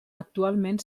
actualment